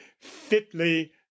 Fitly